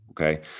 Okay